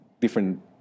different